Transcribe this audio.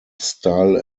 style